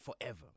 forever